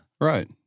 Right